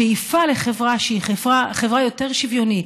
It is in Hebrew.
השאיפה לחברה שהיא חברה יותר שוויונית,